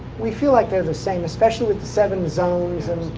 we feel like they're the same, especially with the seven zones,